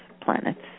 planets